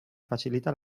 facilita